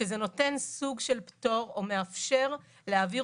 שזה נותן סוג של פטור או מאפשר להעביר